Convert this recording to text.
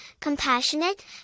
compassionate